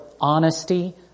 honesty